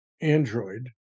Android